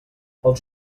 els